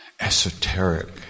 esoteric